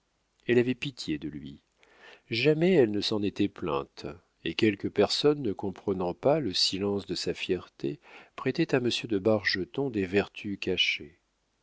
elle avait pitié de lui jamais elle ne s'en était plainte et quelques personnes ne comprenant pas le silence de sa fierté prêtaient à monsieur de bargeton des vertus cachées